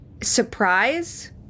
surprise